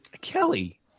Kelly